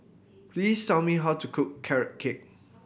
please tell me how to cook Carrot Cake